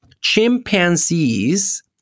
chimpanzees